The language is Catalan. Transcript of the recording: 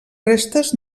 restes